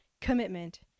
commitment